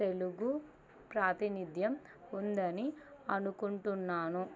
తెలుగు ప్రాతినిధ్యం ఉందని అనుకుంటున్నాను